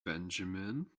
benjamin